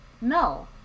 No